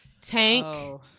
Tank